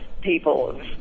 people